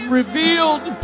revealed